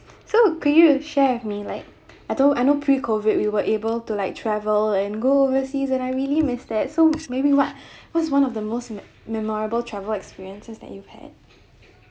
so could you share with me like I I know pre COVID we were able to like travel and go overseas and I really miss that so maybe what what's one of the most mem~ memorable travel experiences that you had